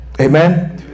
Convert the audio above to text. Amen